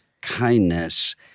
kindness